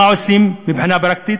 מה עושים מבחינה פרקטית?